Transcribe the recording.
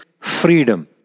freedom